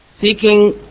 seeking